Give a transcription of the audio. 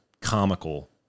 comical